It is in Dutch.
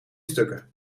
stukken